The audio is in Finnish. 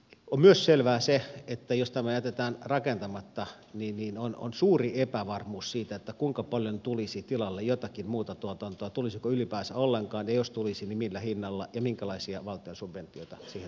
on myös selvää se että jos tämä jätetään rakentamatta niin on suuri epävarmuus siitä kuinka paljon tulisi tilalle jotakin muuta tuotantoa tulisiko ylipäänsä ollenkaan ja jos tulisi niin millä hinnalla ja minkälaisia valtion subventioita siihen tarvittaisiin